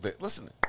Listen